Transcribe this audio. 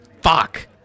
Fuck